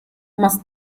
must